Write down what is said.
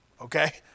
Okay